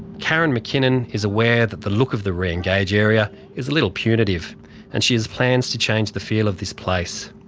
karen mckinnon is aware that the look of the re-engage area is a little punitive and she has plans to change the feel of this place.